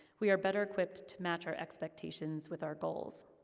we are better equipped to match our expectations with our goals.